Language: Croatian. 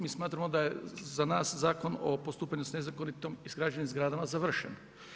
Mi smatramo da je za nas Zakon o postupanju s nezakonitom izgrađenim zgradama završen.